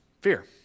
Fear